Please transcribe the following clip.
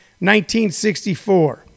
1964